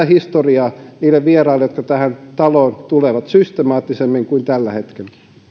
historiaa toisimme esille niille vieraille jotka tähän taloon tulevat systemaattisemmin kuin tällä hetkellä